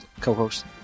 co-host